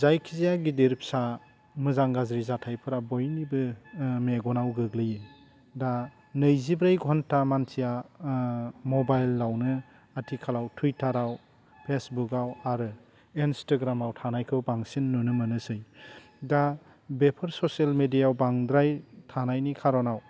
जायखि जाया गिदिर फिसा मोजां गाज्रि जाथायफोरा बयनिबो मेगनाव गोग्लैयो दा नैजिब्रै घन्टा मानसिया मबाइलावनो आथिखालाव टुइटाराव फेसबुकआव आरो इन्सटाग्रामाव थानायखौ बांसिन नुनो मोनोसै दा बेफोर ससियेल मेडियायाव बांद्राय थानायनि खार'नाव